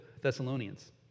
Thessalonians